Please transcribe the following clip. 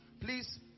please